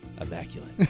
immaculate